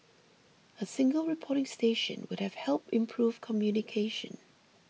a single reporting station would have helped improve communication